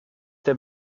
der